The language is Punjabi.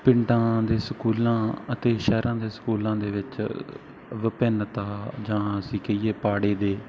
ਪਿੰਡਾਂ ਦੇ ਸਕੂਲਾਂ ਅਤੇ ਸ਼ਹਿਰਾਂ ਦੇ ਸਕੂਲਾਂ ਦੇ ਵਿੱਚ ਵਿਭਿੰਨਤਾ ਜਾਂ ਅਸੀਂ ਕਹੀਏ ਪਾੜੇ ਦੇ